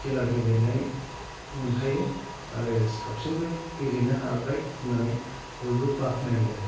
खेला गेलेनाय मोनखायो आरो साबसिनबो गेलेनो हाबाय होन्नानै बयबो बाख्नायो आरो